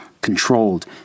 controlled